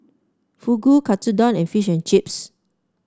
Fugu Katsudon and Fish and Chips